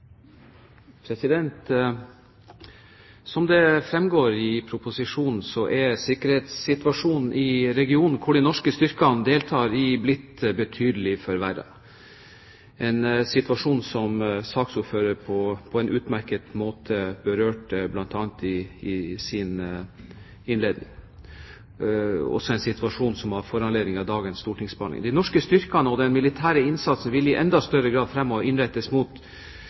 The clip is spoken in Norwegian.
sikkerhetssituasjonen i regionen hvor de norsk styrkene deltar, blitt betydelig forverret – en situasjon som saksordfører på en utmerket måte berørte bl.a. i sin innledning, og en situasjon som har foranlediget dagens stortingsbehandling. De norske styrkene og den militære innsatsen vil i enda større grad fremover innrettes mot